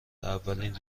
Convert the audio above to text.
اولین